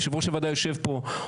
יושב-ראש הוועדה יושב כאן,